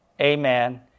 amen